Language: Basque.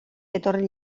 etorri